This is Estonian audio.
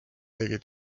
tegi